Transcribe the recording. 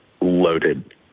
loaded